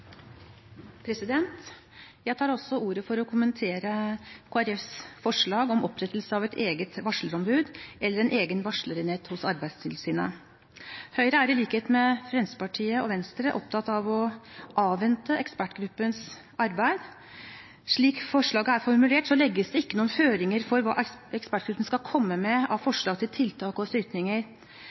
Jeg tar også ordet for å kommentere Kristelig Folkepartis forslag om opprettelse av et eget varslerombud eller en egen varslerenhet hos Arbeidstilsynet. Høyre er, i likhet med Fremskrittspartiet og Venstre, opptatt av å avvente ekspertgruppens arbeid. Slik forslaget til vedtak er formulert, legges det ikke noen føringer for hva ekspertgruppen skal komme med av forslag til tiltak og